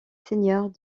seigneurs